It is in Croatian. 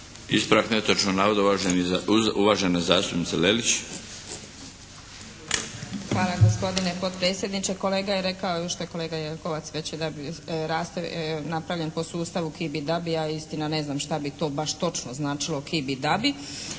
Ispravak netočnog navoda uvažena zastupnica Lelić. **Lelić, Ruža (HDZ)** Hvala gospodine potpredsjedniče. Kolega je rekao ovo što je kolega Jelkovac rekao da je napravljen po sustavu "ki bi da bi", ja istina ne znam šta bi to baš točno značilo "ki bi